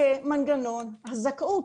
כמנגנון הזכאות.